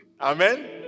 Amen